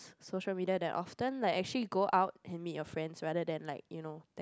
social media that often like actually you go out and meet your friends rather than like you know